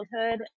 childhood